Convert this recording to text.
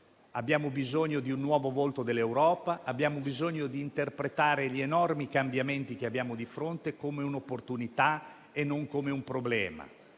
abbiamo bisogno di un nuovo volto dell'Europa e di interpretare gli enormi cambiamenti che abbiamo di fronte come un'opportunità e non come un problema.